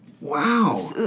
Wow